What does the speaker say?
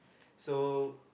so